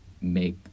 make